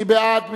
מי בעד?